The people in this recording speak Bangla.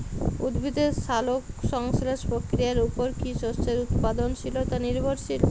উদ্ভিদের সালোক সংশ্লেষ প্রক্রিয়ার উপর কী শস্যের উৎপাদনশীলতা নির্ভরশীল?